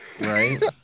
Right